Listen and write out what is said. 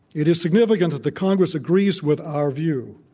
it is significant that the congress agrees with our view.